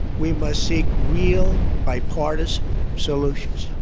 we must seek real, bipartisan solutions.